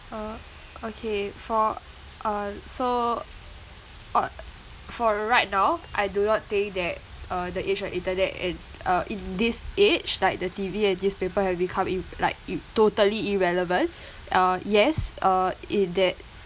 uh okay for uh so ot~ for right now I do not think that uh the age of internet and uh in this age like the T_V and newspaper have become in~ like ir~ totally irrelevant uh yes uh in that